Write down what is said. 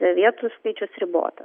vietų skaičius ribotas